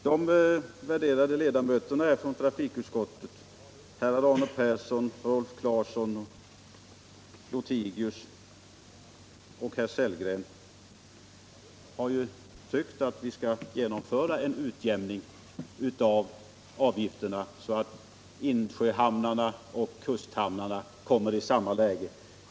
De värderade ledamöterna av trafikutskottet, herrar Arne Persson, Rolf Clarkson, Carl-Wilhelm Lothigius och Rolf Sellgren, har ju tyckt att vi skall genomföra en utjämning av avgifterna, så att insjöhamnarna och kusthamnarna kommer i samma läge.